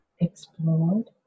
explored